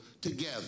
together